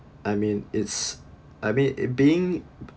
I mean it's I mean it being